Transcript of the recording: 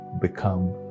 become